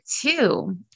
two